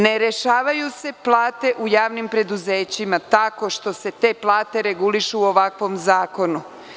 Ne rešavaju se plate u javnim preduzećima tako što se te plate regulišu ovakvim zakonom.